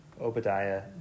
Obadiah